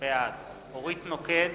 בעד אורית נוקד,